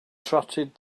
trotted